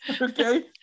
Okay